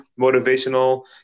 motivational